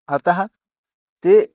अतः ते